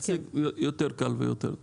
יותר קל ויותר טוב.